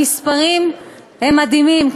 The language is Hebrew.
המספרים הם מדהימים,